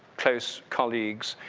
close colleagues,